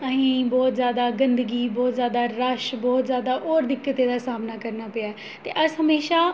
असें ई बहुत ज़्यादा गंदगी बहुत ज़्यादा रश बहुत ज़्यादा होर दिक्कतें दा सामना करना पेआ ऐ ते अस हमेशा